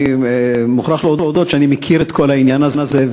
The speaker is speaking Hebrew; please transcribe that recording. אני מוכרח להודות שאני מכיר את כל העניין הזה.